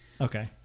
Okay